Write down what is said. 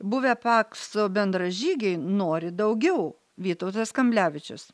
buvę pakso bendražygiai nori daugiau vytautas kamblevičius